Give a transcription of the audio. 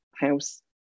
house